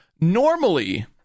normally